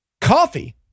Coffee